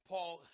Paul